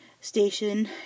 Station